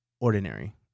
Ordinary